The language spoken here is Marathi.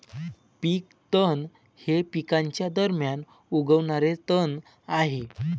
पीक तण हे पिकांच्या दरम्यान उगवणारे तण आहे